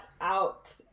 out